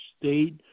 state